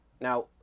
Now